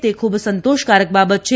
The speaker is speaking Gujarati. તે ખૂબ સંતોષકારક બાબત છે